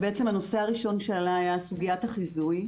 הנושא הראשון שעלה היה סוגיית החיזוי.